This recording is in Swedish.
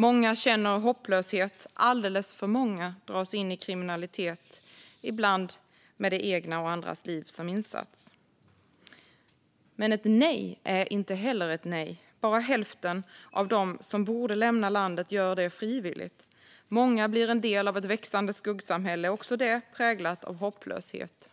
Många känner hopplöshet, och alldeles för många dras in i kriminalitet - ibland med det egna och andras liv som insats. Men ett nej är inte heller ett nej. Bara hälften av dem som borde lämna landet gör det frivilligt. Många blir en del av ett växande skuggsamhälle - också det präglat av hopplöshet.